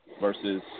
versus